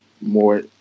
more